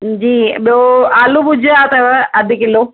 जी ॿियो आलू भुजिया अथव अधु किलो